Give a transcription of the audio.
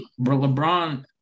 LeBron